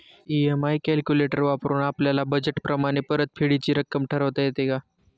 EMI calculator वापरून आपापल्या budget प्रमाणे परतफेडीची रक्कम ठरवता येते का?